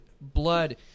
blood